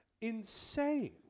Insane